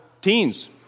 teens